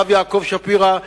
הרב יעקב שפירא,